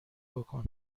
بکن